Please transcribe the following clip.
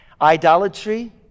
Idolatry